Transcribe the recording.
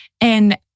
And-